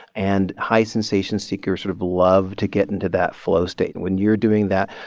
and high sensation seekers sort of love to get into that flow state. and when you're doing that,